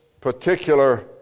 particular